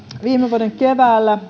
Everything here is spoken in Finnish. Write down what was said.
viime vuoden keväällä